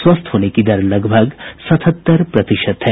स्वस्थ होने की दर लगभग सतहत्तर प्रतिशत है